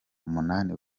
umunani